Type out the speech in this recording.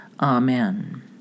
amen